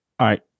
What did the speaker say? right